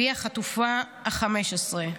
והיא החטופה ה-15.